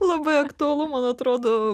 labai aktualu man atrodo